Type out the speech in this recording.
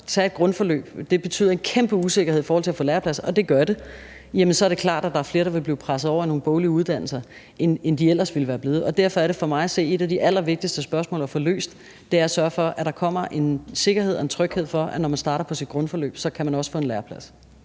at tage et grundforløb betyder en kæmpe usikkerhed i forhold til at få læreplads, og det gør det, så er det klart, at der er flere, der vil blive presset over i nogle boglige uddannelser, end der ellers ville være blevet. Derfor er det for mig at se et af de allervigtigste spørgsmål at få løst, altså at sørge for, at der kommer en sikkerhed og en tryghed for, at når man starter på sit grundforløb, kan man også få en læreplads.